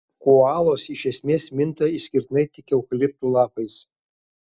koalos iš esmės minta išskirtinai tik eukaliptų lapais